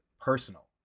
personal